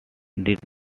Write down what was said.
did